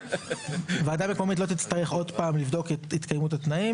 שהוועדה המקומית לא תצטרך לבדוק שוב את התקיימות התנאים